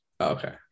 Okay